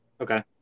okay